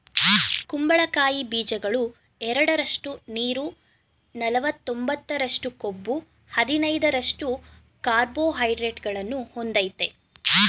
ಕುಂಬಳಕಾಯಿ ಬೀಜಗಳು ಎರಡರಷ್ಟು ನೀರು ನಲವತ್ತೊಂಬತ್ತರಷ್ಟು ಕೊಬ್ಬು ಹದಿನೈದರಷ್ಟು ಕಾರ್ಬೋಹೈಡ್ರೇಟ್ಗಳನ್ನು ಹೊಂದಯ್ತೆ